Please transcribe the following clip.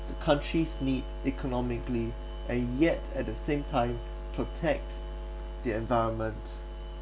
the countries need economically and yet at the same time protect the environment